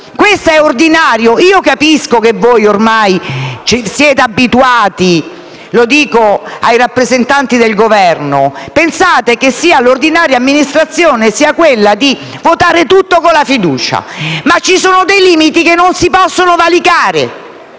Questo è ordinario? Capisco che voi ormai siete abituati - lo dico ai rappresentanti del Governo - e che pensate che l'ordinaria amministrazione sia quella di votare tutto con la fiducia. Ma ci sono dei limiti che non si possono valicare,